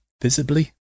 visibly